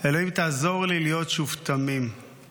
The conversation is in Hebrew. "אלוהים תעזור לי להיות שוב תמים /